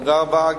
תודה רבה.